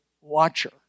watcher